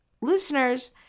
Listeners